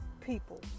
people